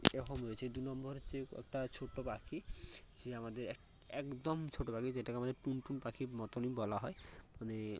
এ রকম হয়েছে দু নম্বর হচ্ছে একটা ছোট্ট পাখি যে আমাদের একদম ছোট্ট পাখি যেটাকে আমাদের টুনটুন পাখির মতনই বলা হয় মানে